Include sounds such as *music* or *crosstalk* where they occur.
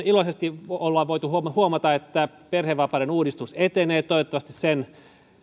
*unintelligible* iloisesti voitu huomata huomata että perhevapaiden uudistus etenee toivottavasti sen